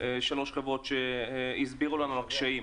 שלוש חברות שהסבירו לנו על הקשיים.